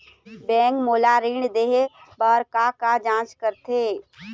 Bank मोला ऋण देहे बार का का जांच करथे?